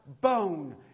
bone